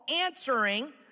answering